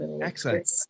Excellent